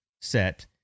set